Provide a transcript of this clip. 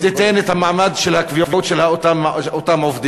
תיתן את המעמד של הקביעות לאותם עובדים.